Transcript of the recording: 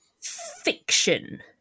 fiction